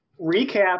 recap